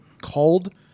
called